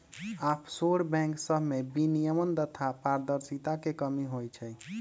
offshore bank सभमें विनियमन तथा पारदर्शिता के कमी होइ छइ